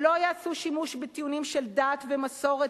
שלא יעשו שימוש בטיעונים של דת ומסורת